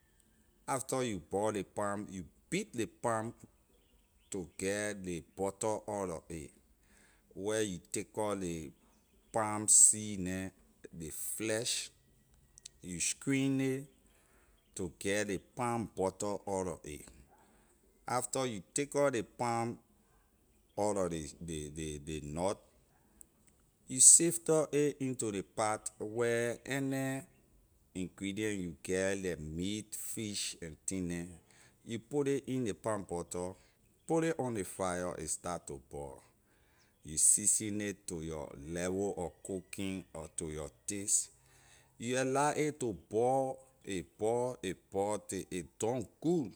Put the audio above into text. Ley last food I ate before ley interview was a liberian meal ley call gritter dumboy with palm butter la a my woman prepare for me ley gritter dumboy a go through many processes before a come outside main a may from cassawor you take ley cassawor you gritter peal it wash it fine you gritter ley cassawor when you finish grittering ley cassawor you put ley in ley plastic neh tie a properly and boil it you boil a till ley cassawor get done when a done you put ley in ley morlor and beat it to get soft to at least taste smooth when you swallowing it ley gritter dumboy heh after you beat ley to certain level a can get soft for ley throat to swallow it palm butter is a soup dah we eat in liberia heh mainly a come from palm nut ley tree ley palm tree when you harvest ley palm you cut it to take it out lor ley thing a can be in you boil ley palm after you boil ley palm you beat ley palm to get ley butter out lor a where you take or ley palm seed neh ley flesh you screen it to get ley palm butter out lor a after you take or ley palm out lor the the the nut you saftor it into ley pat where any ingredient you get leh meat fish and thing neh you put ley in ley palm butter put ley on ley fire and start to boil you season nay to your level of of cooking or to your taste you allow a to boil a boil a boil till a done good